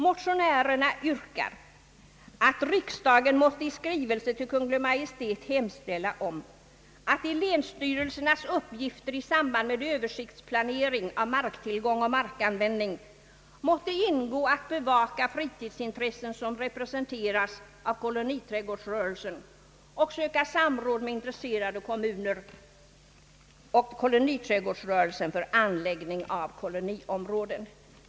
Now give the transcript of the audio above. Motionärerna yrkar att riksdagen i skrivelse till Kungl. Maj:t måtte hemställa om att i länsstyrelsernas uppgifter i samband med översiktsplanering av marktillgång och markanvändning måtte ingå att bevaka de fritidsintressen som representeras av koloniträdgårdsrörelsen och söka samråd med intresserade kommuner och koloniträdgårdsrörelsen för anläggning av koloniområden.